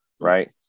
right